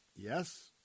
yes